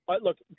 Look